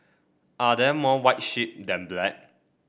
are there more white sheep than black